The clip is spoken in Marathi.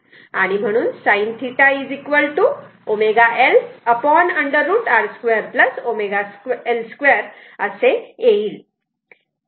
आणि sin θ ω L √ R 2 ω L 2 असे येईल